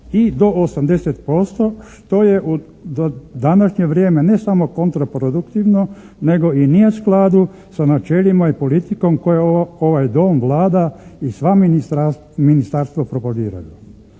i do 80% što je u današnje vrijeme ne samo kontraproduktivno nego i nije u skladu sa načelima i politikom koje ovaj Dom, Vlada i sva ministarstva propagiraju.